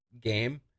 game